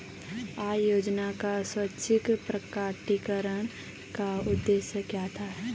आय योजना का स्वैच्छिक प्रकटीकरण का उद्देश्य क्या था?